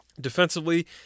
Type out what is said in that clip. Defensively